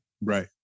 Right